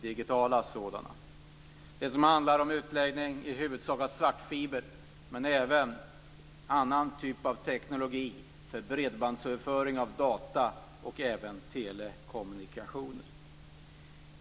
Det handlar i huvudsak om utläggning av svartfiber men även om annan typ av teknologi för bredbandsöverföring av data liksom telekommunikationer.